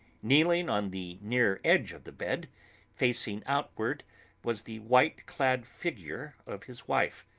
kneeling on the near edge of the bed facing outwards was the white-clad figure of his wife.